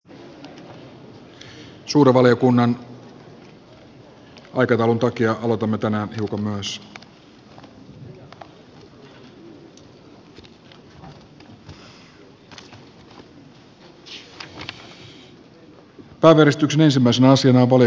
suuren valiokunnan aikataulun takia aloitamme tänään hiukan myöhässä